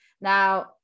Now